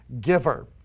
giver